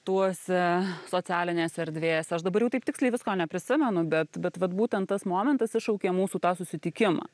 tuose socialinėse erdvėse aš dabar jau taip tiksliai visko neprisimenu bet bet vat būtent tas momentas iššaukė mūsų tą susitikimą